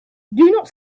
not